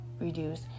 reduce